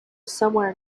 somewhere